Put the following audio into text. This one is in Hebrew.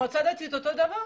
מועצה דתית, אותו דבר.